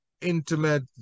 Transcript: intimate